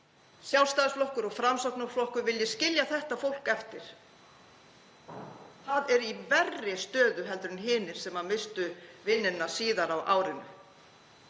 Sjálfstæðisflokkur og Framsóknarflokkur, vilji skilja þetta fólk eftir. Það er í verri stöðu en hinir sem misstu vinnu síðar á árinu.